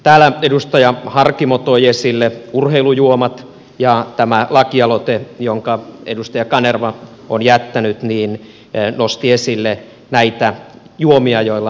täällä edustaja harkimo toi esille urheilujuomat ja tämä lakialoite jonka edustaja kanerva on jättänyt nosti esille näitä juomia joilla on terveysvaikutteita